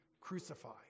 crucified